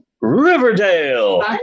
Riverdale